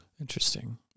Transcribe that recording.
Interesting